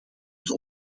het